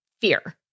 Fear